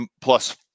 plus